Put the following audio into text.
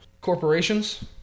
Corporations